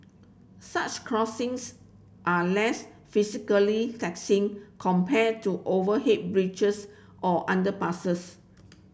such crossings are less physically taxing compared to overhead bridges or underpasses